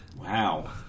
Wow